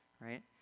right